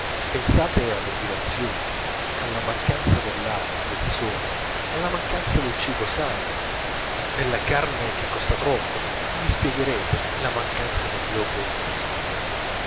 pensate alle privazioni alla mancanza dell'aria del sole alla mancanza del cibo sano della carne che costa troppo e vi spiegherete la mancanza dei globuli rossi